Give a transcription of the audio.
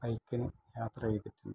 ബൈക്കില് യാത്ര ചെയ്തിട്ടുണ്ട്